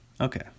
okay